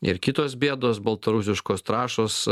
ir kitos bėdos baltarusiškos trąšos